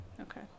Okay